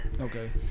Okay